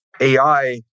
AI